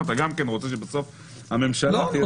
רוצה שבסוף הממשלה תהיה --- לא,